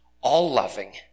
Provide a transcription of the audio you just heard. all-loving